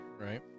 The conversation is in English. Right